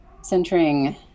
centering